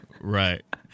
right